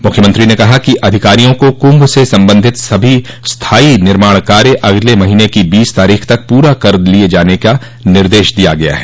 मुख्यमंत्री ने कहा कि अधिकारियों को कुंभ से संबंधित सभी स्थायी निर्माण कार्य अगले महीने की बीस तारीख तक पूरा कर लिये जाने का निर्देश दिया गया है